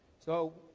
so,